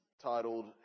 titled